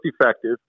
effective